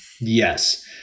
yes